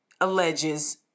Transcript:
alleges